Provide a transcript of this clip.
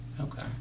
Okay